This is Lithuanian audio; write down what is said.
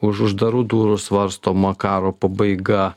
už uždarų durų svarstoma karo pabaiga